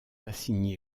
assigné